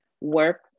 work